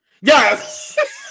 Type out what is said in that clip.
Yes